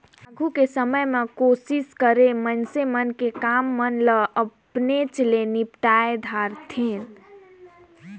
आघु कर समे में कोसिस करें मइनसे मन कि काम मन ल अपनेच ले निपटाए धारतेन